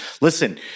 listen